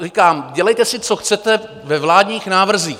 Říkám, dělejte si, co chcete, ve vládních návrzích.